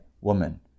woman